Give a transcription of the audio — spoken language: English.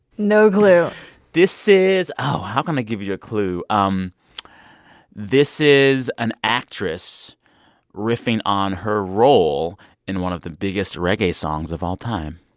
no clue this is oh, how can i give you a clue? um this is an actress riffing on her role in one of the biggest reggae songs of all time